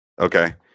Okay